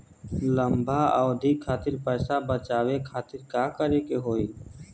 लंबा अवधि खातिर पैसा बचावे खातिर का करे के होयी?